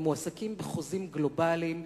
הם מועסקים בחוזים גלובליים,